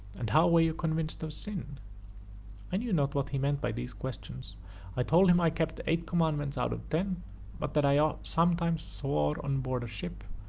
and how were you convinced of sin i knew not what he meant by these questions i told him i kept eight commandments out of ten but that i ah sometimes swore on board ship,